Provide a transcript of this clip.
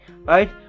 right